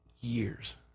years